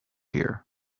here